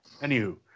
Anywho